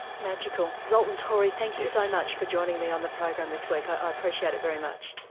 magical. zoltan torey, thank you so much for joining me on the program this week, i appreciate it very much.